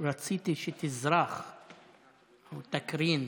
רציתי שתזרח או תקרין.